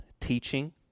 teaching